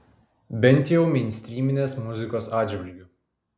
bent jau meinstryminės muzikos atžvilgiu